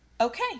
Okay